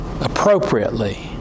appropriately